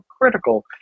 critical